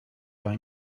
and